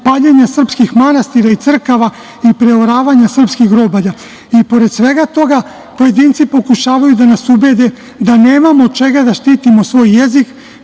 paljenja srpskih manastira i crkava i preoravanja srpskih grobalja. Pored svega toga, pojedinci pokušavaju da nas ubede da nemamo od čega štitimo svoj jezik,